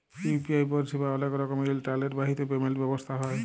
UPI পরিসেবা অলেক রকমের ইলটারলেট বাহিত পেমেল্ট ব্যবস্থা হ্যয়